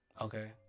Okay